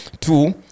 Two